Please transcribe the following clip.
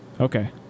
Okay